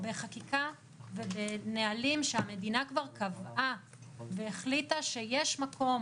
בחקיקה ובנהלים שהמדינה כבר קבעה והחליטה שיש מקום